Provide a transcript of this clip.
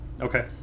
Okay